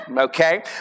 okay